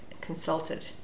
consulted